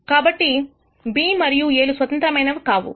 కాబట్టి B మరియు A లు స్వతంత్రమైన కావు